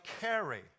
carry